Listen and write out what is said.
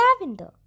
lavender